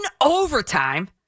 overtime